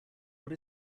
what